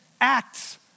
acts